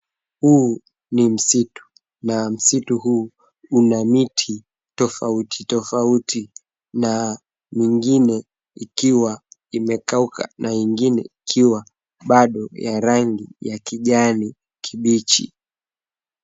Huu ni msitu na msitu huu una miti tofauti tofauti na ingine ikiwa imekauka na ingine ikiwa bado ya rangi ya kijani kibichi.